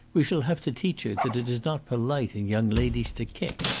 we shall have to teach her that it is not polite in young ladies to kick.